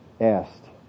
asked